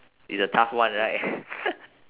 it's a tough one right